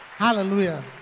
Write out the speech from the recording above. Hallelujah